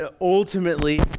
ultimately